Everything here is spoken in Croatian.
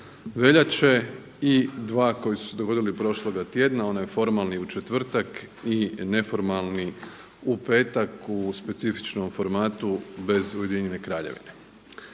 veljače i dva koji su se dogodili prošloga tjedna onaj formalni u četvrtak i neformalni u petak u specifičnom formatu bez Ujedinjene Kraljevine.